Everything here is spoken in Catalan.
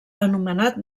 anomenat